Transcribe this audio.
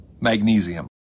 magnesium